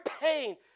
pain